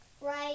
Right